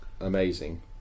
amazing